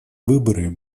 выборы